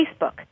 Facebook